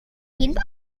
ihn